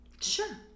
Sure